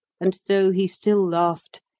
and though he still laughed,